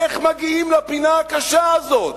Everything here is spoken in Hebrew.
איך מגיעים לפינה הקשה הזאת?